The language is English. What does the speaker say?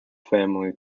family